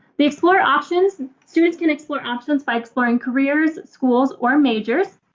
the explore options. students can explore options by exploring careers, schools or majors.